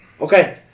Okay